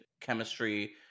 chemistry